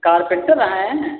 carpenter हैं